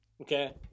okay